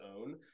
own